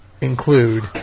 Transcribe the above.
include